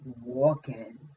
walking